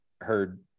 heard